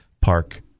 Park